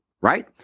Right